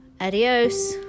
Adios